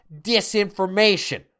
disinformation